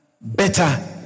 better